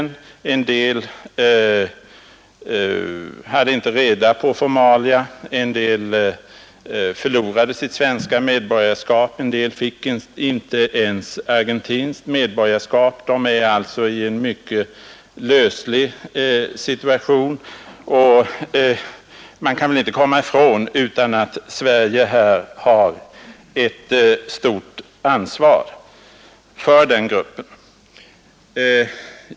Många av dem hade inte reda på formalia, en del förlorade sitt svenska medborgarskap och en del fick inte ens argentinskt medborgarskap. Deras situation är alltså mycket löslig. Man kan väl inte komma ifrån att Sverige har ett stort ansvar för den gruppen.